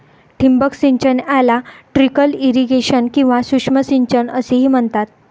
ठिबक सिंचन याला ट्रिकल इरिगेशन किंवा सूक्ष्म सिंचन असेही म्हणतात